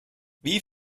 wie